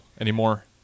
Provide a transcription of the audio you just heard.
anymore